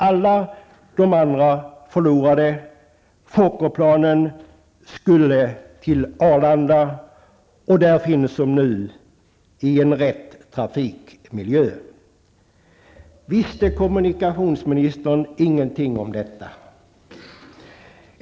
Alla de andra förlorade. Fokkerplanen skulle till Arlanda, och där finns de nu i en riktig trafikmiljö. Visste kommunikationsministern ingenting om detta?